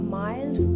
mild